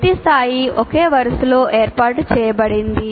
ప్రతి స్థాయి ఒకే వరుసలో ఏర్పాటు చేయబడింది